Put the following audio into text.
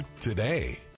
today